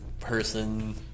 person